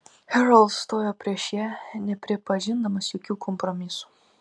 herald stojo prieš ją nepripažindamas jokių kompromisų